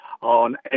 On